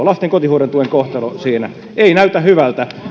lasten kotihoidon tuen kohtalo siinä ei näytä hyvältä